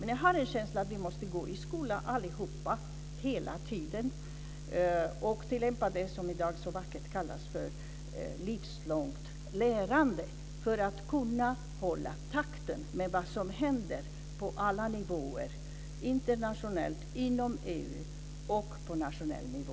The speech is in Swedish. Men jag har en känsla av att vi allihop hela tiden måste gå i skola och tillämpa det som i dag så vackert kallas för livslångt lärande för att kunna hålla takten med vad som händer på alla nivåer - internationellt, inom EU och på nationell nivå.